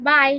Bye